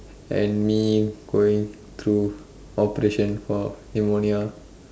and me going through operation for pneumonia